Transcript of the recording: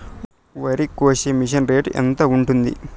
వరికోసే machine rate ఎంత ఉంటుంది?